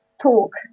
talk